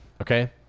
okay